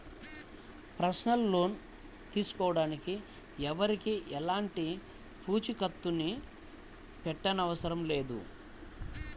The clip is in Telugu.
పర్సనల్ లోన్ తీసుకోడానికి ఎవరికీ ఎలాంటి పూచీకత్తుని పెట్టనవసరం లేదు